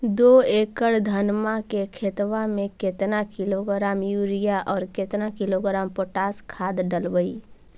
दो एकड़ धनमा के खेतबा में केतना किलोग्राम युरिया और केतना किलोग्राम पोटास खाद डलबई?